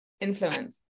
influence